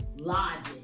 Lodges